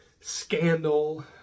scandal